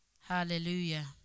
Hallelujah